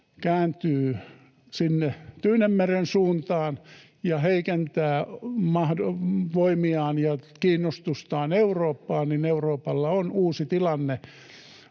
kääntyy sinne Tyynenmeren suuntaan ja heikentää voimiaan ja kiinnostustaan Eurooppaan, niin Euroopalla on uusi tilanne